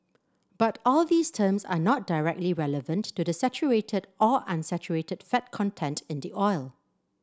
but all these terms are not directly relevant to the saturated or unsaturated fat content in the oil